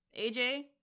AJ